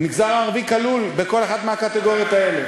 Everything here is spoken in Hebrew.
המגזר הערבי כלול בכל אחת מהקטגוריות האלה,